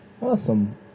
Awesome